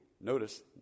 Notice